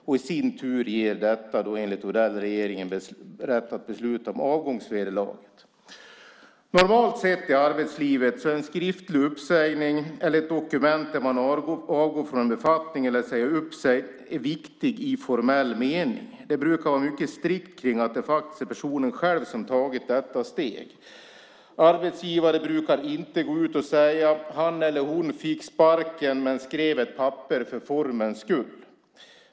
Det i sin tur ger enligt Odell regeringen rätt att besluta om avgångsvederlaget. Normalt sett i arbetslivet är en skriftlig uppsägning eller ett dokument där man avgår från en befattning eller säger upp sig viktig i formell mening. Det brukar vara mycket strikt kring att det faktiskt är personen själv som tagit detta steg. Arbetsgivare brukar inte gå ut och säga: Han eller hon fick sparken men skrev ett papper för formens skull.